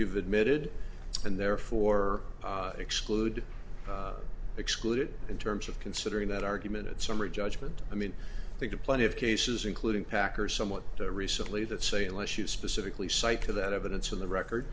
you've admitted and therefore exclude excluded in terms of considering that argument at summary judgment i mean think of plenty of cases including packer someone recently that say unless you specifically psych that evidence in the record